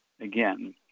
again